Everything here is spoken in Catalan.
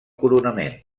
coronament